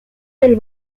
del